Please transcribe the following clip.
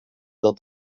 dat